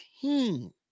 team